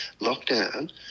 lockdown